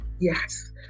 Yes